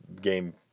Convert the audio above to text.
game